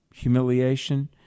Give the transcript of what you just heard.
humiliation